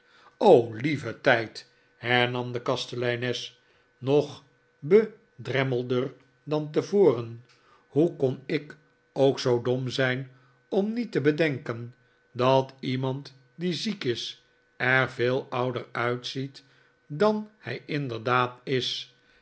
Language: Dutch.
o lieve tijd hernam de kasteleines nog bedremmelder dan tevoren hoe kon ik ook zoo dom zijn om niet te bedenken dat iemand die ziek is er veel ouder uitziet dan hij inderdaad is